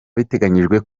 biteganyijwe